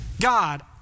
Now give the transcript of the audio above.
God